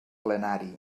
plenari